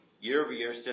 Year-over-year